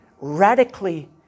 radically